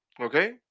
okay